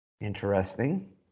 Interesting